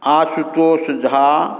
Ashutosh Jha